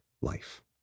life